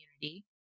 community